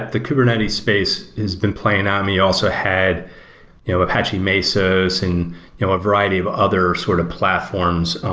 the kubernetes space has been playing on me. i also had you know apache mesos and you know a variety of other sort of platforms.